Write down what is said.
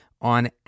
On